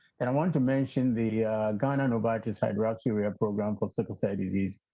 and i wanted to mention the ghana-novartis hydroxyureaa program for sickle cell disease.